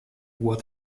what